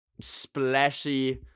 splashy